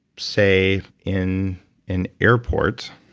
say in an airport,